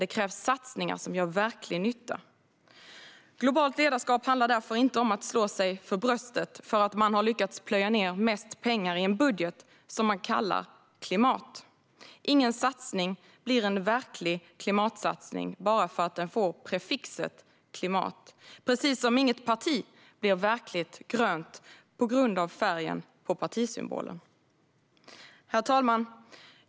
Det krävs satsningar som gör verklig nytta. Globalt ledarskap handlar därför inte om att slå sig för bröstet för att man har lyckats plöja ned mest pengar i en budget som man kallar klimatbudget. Ingen satsning blir en verklig klimatsatsning bara för att den får prefixet "klimat", precis som inget parti blir verkligt grönt på grund av färgen på partisymbolen. Herr talman!